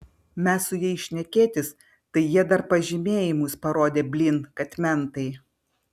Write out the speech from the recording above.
mes su jais šnekėtis tai jie dar pažymejimus parodė blyn kad mentai